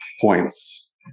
points